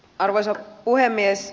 arvoisa puhemies